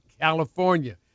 California